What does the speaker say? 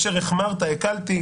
ואת אשר החמרת הקלתי.